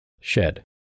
shed